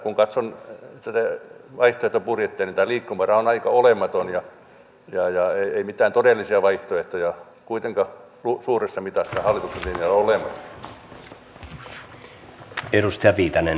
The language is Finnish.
kun katson tätä vaihtoehtobudjettia niin liikkumavara on aika olematon eikä mitään todellisia vaihtoehtoja kuitenkaan suuressa mitassa hallituksen linjaan ole olemassa